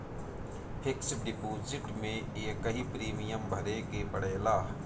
fix deposit में एकही premium भरे के पड़ेला